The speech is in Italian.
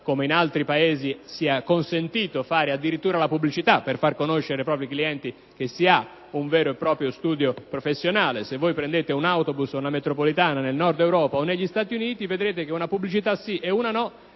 come in altri Paesi sia consentito fare addirittura la pubblicità per far conoscere ai propri clienti che si ha un vero e proprio studio professionale. Se prendete un autobus o una metropolitana nel Nord Europa o negli Stati Uniti, vedrete che una pubblicità su due è